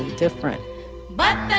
different but